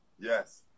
Yes